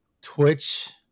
Twitch